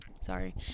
sorry